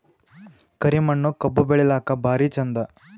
ಕರಿ ಮಣ್ಣು ಕಬ್ಬು ಬೆಳಿಲ್ಲಾಕ ಭಾರಿ ಚಂದ?